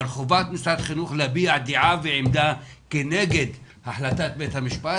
אבל חובת משרד החינוך להביע דעה ועמדה כנגד החלטת בית המשפט,